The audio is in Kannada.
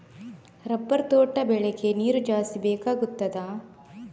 ರಬ್ಬರ್ ತೋಟ ಬೆಳೆಗೆ ನೀರು ಜಾಸ್ತಿ ಬೇಕಾಗುತ್ತದಾ?